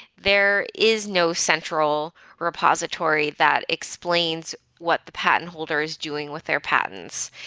there is no central repository that explains what the patent holder is doing with their patents.